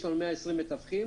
יש לנו 120 מתווכים